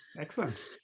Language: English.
Excellent